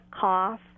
cough